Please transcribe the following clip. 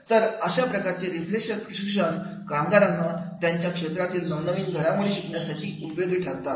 तर अशा प्रकारचे रिफ्रेशर प्रशिक्षण कामगारांना त्यांच्या क्षेत्रातील नवनवीन घडामोडी शिकण्यासाठी उपयोगी ठरतात